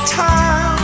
time